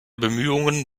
bemühungen